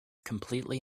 completely